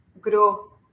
grow